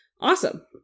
Awesome